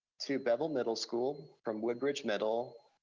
to beville middle school from woodbridge middle,